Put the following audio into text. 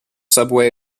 subway